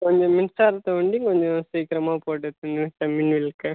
கொஞ்சம் மின்சாரத்தை ஒண்டியும் கொஞ்சம் சீக்கிரமாக போட சொல்லுங்கள் சார் மின்விளக்கை